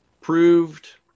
proved